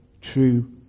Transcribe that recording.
true